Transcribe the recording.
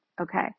Okay